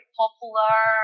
popular